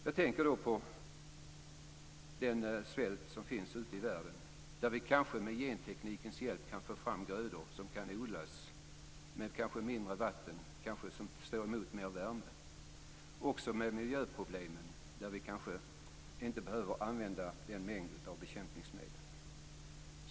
Jag tänker dessutom på den svält som finns ute i världen. Vi kan kanske med genteknikens hjälp få fram grödor som kan odlas med mindre vatten och som kan stå emot mer värme. Miljöproblemen kanske löser sig genom att vi inte behöver använda en sådan mängd bekämpningsmedel.